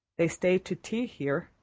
they stayed to tea here,